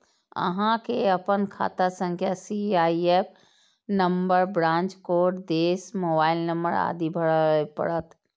अहां कें अपन खाता संख्या, सी.आई.एफ नंबर, ब्रांच कोड, देश, मोबाइल नंबर आदि भरय पड़त